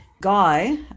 Guy